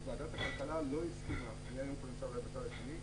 ועדת הכלכלה לא הסכימה היום אני נמצא פה בצד השני,